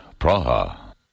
Praha